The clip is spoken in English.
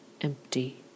empty